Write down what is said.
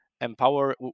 empower